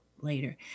later